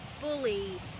bully